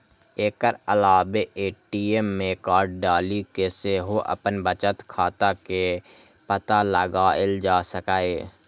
एकर अलावे ए.टी.एम मे कार्ड डालि कें सेहो अपन बचत के पता लगाएल जा सकैए